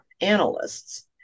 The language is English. analysts